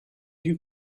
you